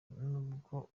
nubwo